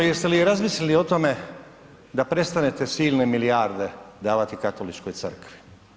jeste li razmisliti o tome da prestanete silne milijarde davati Katoličkoj Crkvi?